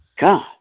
God